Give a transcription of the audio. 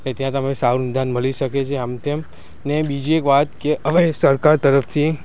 ત્યાં તમે સારું નિદાન મળી શકે છે આમતેમ ને બીજી એક વાત કે હવે સરકાર તરફથી